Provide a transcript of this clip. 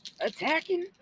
attacking